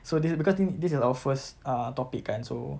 so thi~ because th~ this is our first uh topic kan so